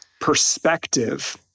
perspective